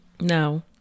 No